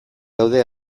daude